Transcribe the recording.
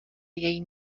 jej